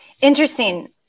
Interesting